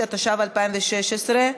התשע"ו 2016,